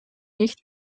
nicht